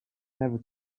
never